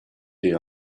the